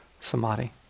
samadhi